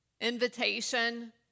Invitation